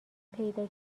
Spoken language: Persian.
پیدا